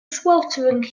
sweltering